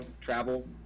travel